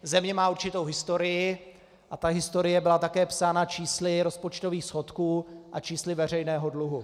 Země má určitou historii a ta historie byla také psána čísly rozpočtových schodků a čísly veřejného dluhu.